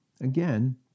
again